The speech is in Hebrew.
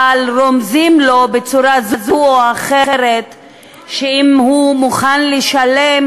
אבל רומזים לו בצורה זו או אחרת שאם הוא מוכן לשלם